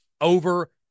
over